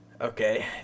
Okay